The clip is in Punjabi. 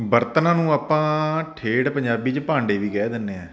ਬਰਤਨਾਂ ਨੂੰ ਆਪਾਂ ਠੇਠ ਪੰਜਾਬੀ 'ਚ ਭਾਂਡੇ ਵੀ ਕਹਿ ਦਿੰਦੇ ਹਾਂ